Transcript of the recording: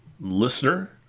listener